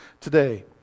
today